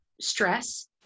stress